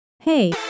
Hey